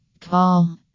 Call